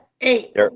Eight